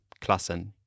klassen